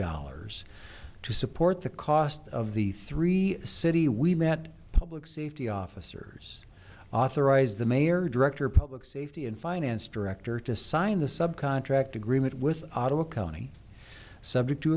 dollars to support the cost of the three city we met public safety officers authorized the mayor director public safety and finance director to sign the sub contract agreement with ottawa county subject to